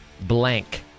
blank